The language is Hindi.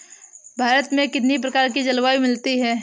भारत में कितनी प्रकार की जलवायु मिलती है?